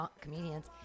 comedians